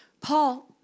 Paul